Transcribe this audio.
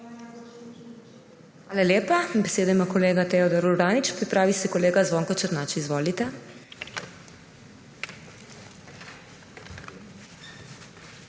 Hvala lepa. Besedo ima kolega Teodor Uranič, pripravi se kolega Zvonko Černač. Izvolite.